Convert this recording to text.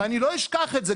ואני לא אשכח את זה,